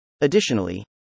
Additionally